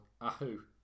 ahu